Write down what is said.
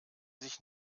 sich